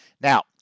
Now